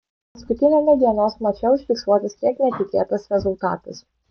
paskutiniame dienos mače užfiksuotas kiek netikėtas rezultatas